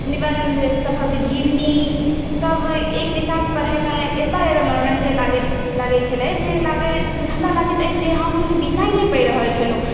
निबन्ध सभक जीवनी सभ एक दिशासँ पढ़ैमे बड़ा ज्यादा मनोरञ्जन लागै छलै जे लागै हमरा लागैत छलै जे हम कोनो विषय नहि पढ़ैत छलहुँ